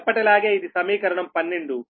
ఎప్పటిలాగే ఇది సమీకరణం 12